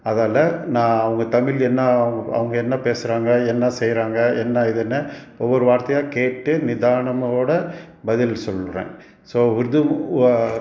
அதால நான் அவங்க தமிழ் என்னா அவங் அவங்க என்ன பேசுகிறாங்க என்ன செய்யறாங்க என்ன ஏதுன்னு ஒவ்வொரு வார்த்தையாக கேட்டு நிதானமோட பதில் சொல்லுவேன் ஸோ உருது